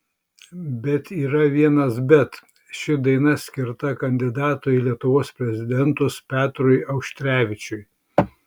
bet yra vienas bet ši daina skirta kandidatui į lietuvos prezidentus petrui auštrevičiui